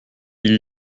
ils